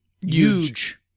huge